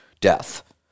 death